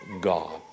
God